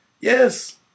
Yes